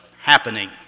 happening